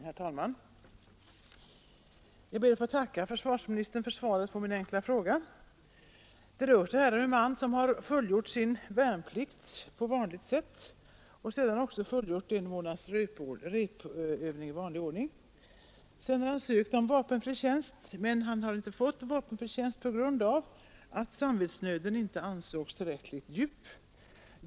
Herr talman! Jag ber att få tacka försvarsministern för svaret på min enkla fråga. Det rör sig här om en man som har fullgjort sin värnplikt på vanligt sätt och även fullgjort en månads repövning i vanlig ordning. Sedan har han ansökt om vapenfri tjänst, men han har inte fått sådan tjänst på grund av att samvetsnöden inte ansågs tillräckligt djup.